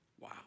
Wow